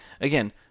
Again